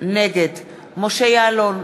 נגד משה יעלון,